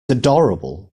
adorable